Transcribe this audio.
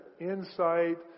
insight